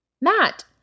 Matt